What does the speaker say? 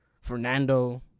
Fernando